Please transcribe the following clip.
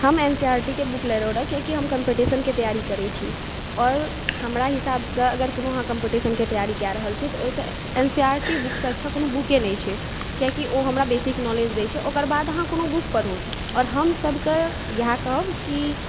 हम N C R T के book लेलहुॅं रऽ कियाकि हम कम्पटीशन के तैयारी करै छी और हमरा हिसाबसँ अगर अहाँ तैयारी कय रहल छी ओहिसँ N C R T book से अच्छा कोनो बुके नहि छै कियाकि ओ हमरा बेसिक नॉलेज दै छै ओकर बाद अहाँ कोनो बुक पढ़ु और हम सबके इएह कहब कि